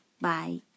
Bye